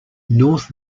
north